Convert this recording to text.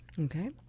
Okay